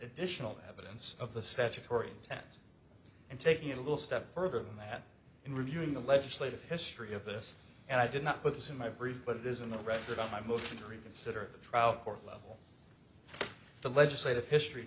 additional evidence of the statutory intent and taking a little step further than that in reviewing the legislative history of this and i did not put this in my brief but it is in the record on my motion to reconsider the trout court level the legislative history